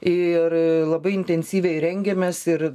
ir labai intensyviai rengiamės ir